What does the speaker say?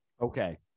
okay